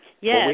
Yes